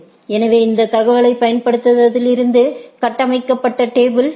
எனவே இந்த தகவல்களைப் பயன்படுத்துவதிலிருந்து கட்டமைக்கப்பட்ட டேபிள் இது